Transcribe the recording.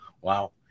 Wow